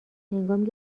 هنگامی